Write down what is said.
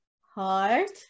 Heart